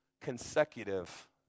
consecutive